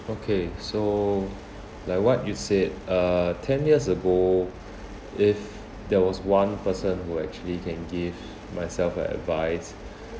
okay so like what you said uh ten years ago if there was one person who actually can give myself an advice